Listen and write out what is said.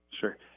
Sure